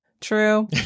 true